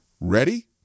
Ready